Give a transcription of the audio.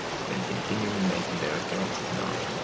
have been continually making their appearances in art,